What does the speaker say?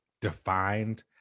defined